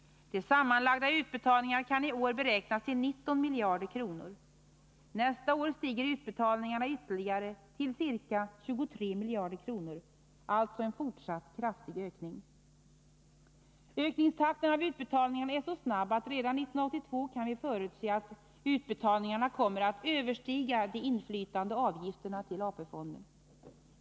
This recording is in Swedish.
De sammanlagda utbetalningarna kan i år beräknas till 19 miljarder kronor. Nästa år stiger utbetalningarna ytterligare till ca 23 miljarder kronor — alltså en fortsatt kraftig ökning. Ökningstakten i utbetalningarna är så snabb att vi redan 1982 kan förutse att utbetalningarna kommer att överstiga de inflytande avgifterna till AP-fonden.